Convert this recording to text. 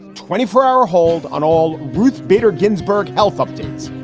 twenty four hour hold on all ruth bader ginsburg, health updates.